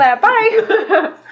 Bye